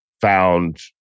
found